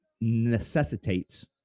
necessitates